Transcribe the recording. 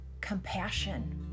compassion